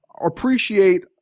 appreciate